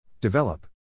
Develop